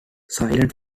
silent